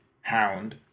hound